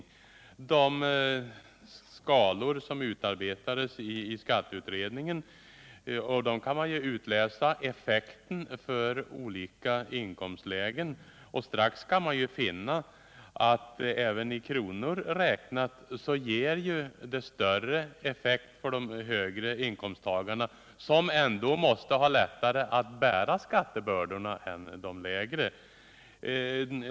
Ser man på de skalor som utarbetats i skatteutredningen — av dem kan man utläsa effekten för olika inkomstlägen — skall man strax finna att i kronor räknat ger indexregleringen större effekt för de högre inkomsttagarna, som ändå måste ha lättare att bära skattebördorna än de lägre.